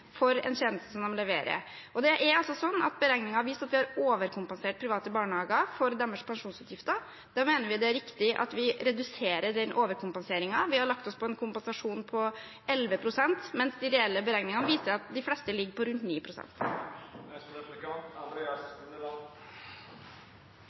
for en tjeneste de leverer. Og det er altså sånn at beregninger har vist at vi har overkompensert private barnehager for deres pensjonsutgifter. Da mener vi det er riktig at vi reduserer den overkompenseringen. Vi har lagt oss på en kompensasjon på 11 pst., mens de reelle beregningene viser at de fleste ligger på rundt